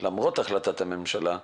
למרות החלטת הממשלה,